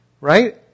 Right